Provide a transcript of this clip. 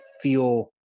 feel